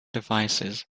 devices